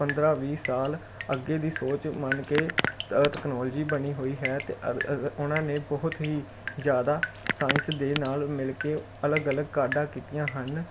ਪੰਦਰਾਂ ਵੀਹ ਸਾਲ ਅੱਗੇ ਦੀ ਸੋਚ ਮੰਨ ਕੇ ਤਕਨੋਲਜੀ ਬਣੀ ਹੋਈ ਹੈ ਅਤੇ ਉਹਨਾਂ ਨੇ ਬਹੁਤ ਹੀ ਜ਼ਿਆਦਾ ਸਾਇੰਸ ਦੇ ਨਾਲ ਮਿਲ ਕੇ ਅਲੱਗ ਅਲੱਗ ਕਾਢਾਂ ਕੀਤੀਆਂ ਹਨ